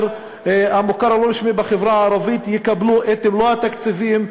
בחינוך המוכר הלא-רשמי בחברה הערבית יקבלו את מלוא התקציבים,